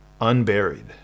unburied